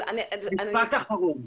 משפט אחרון.